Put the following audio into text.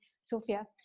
Sophia